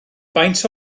faint